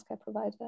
provider